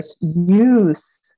use